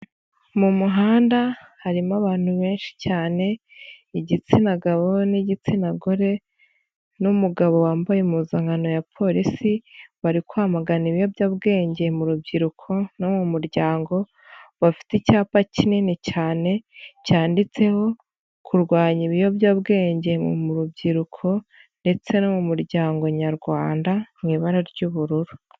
Mu muhanda harimo abantu benshi cyane igitsina gabo n'igitsina gore n'umugabo wambaye impuzankano ya porisi bari kwamagana ibiyobyabwenge mu rubyiruko no mu muryango bafite icyapa kinini cyane cyanditseho kurwanya ibiyobyabwenge mu rubyiruko ndetse no mu muryango nyarwanda mu ibara ry'ubururu.